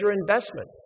investment